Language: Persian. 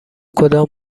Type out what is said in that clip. کدام